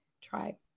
try